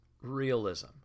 realism